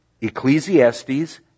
Ecclesiastes